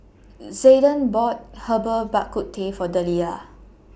Zayden bought Herbal Bak Ku Teh For Delilah